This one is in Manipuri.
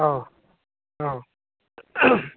ꯑꯧ ꯑꯧ